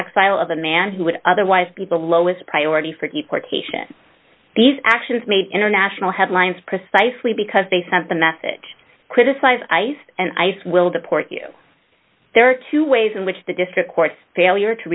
exile of the man who would otherwise be the lowest priority for deportation these actions made international headlines precisely because they sent the message criticize ice and ice will deport you there are two ways in which the district court failure to